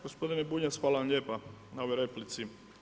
Gospodine Bunjac, hvala vam lijepa na ovoj replici.